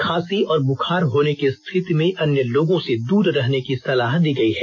खांसी और बुखार होने की स्थिति में अन्य लोगों से दूर रहने की सलाह दी गई है